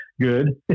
good